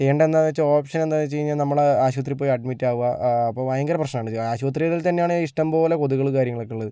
ചെയ്യണ്ട എന്താണെന്ന് വെച്ചാൽ ഓപ്ഷൻ എന്താണെന്ന് വെച്ച് കഴിഞ്ഞാൽ നമ്മൾ ആശുപത്രിയിൽ പോയി അഡ്മിറ്റാവുക അപ്പോൾ ഭയങ്കര പ്രശ്നമാണ് ആശുപത്രികളിൽ തന്നെയാണ് ഇഷ്ടംപോലെ കൊതുകുകളും കാര്യങ്ങളും ഒക്കെ ഉള്ളത്